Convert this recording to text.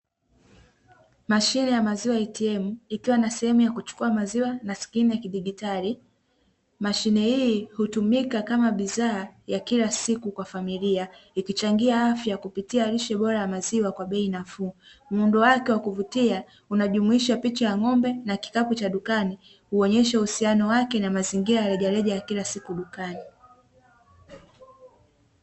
Mashine ya maziwa "ATM" ikiwa na sehemu ya kuchukua maziwa na skrini ya kidijitali. mashine hii hutumika kama bidhaa ya kila siku kwa familia, ikichangia afya kupitia lishe bora ya maziwa kwa bei nafuu. Muundo wake wakuvutia, unajumuisha picha ya ng'ombe na kikapu cha dukani, huonyesha uhusiano wake na mazingira ya rejareja ya kila siku dukani.